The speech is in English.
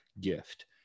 gift